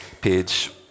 page